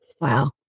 Wow